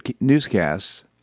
newscasts